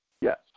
Yes